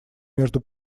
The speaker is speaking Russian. между